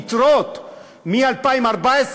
יתרות מ-2014,